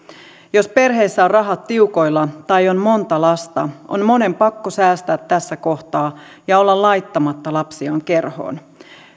jos perheessä on rahat tiukoilla tai on monta lasta on monen pakko säästää tässä kohtaa ja olla laittamatta lapsiaan kerhoon